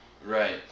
Right